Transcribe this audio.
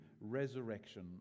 resurrection